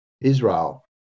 Israel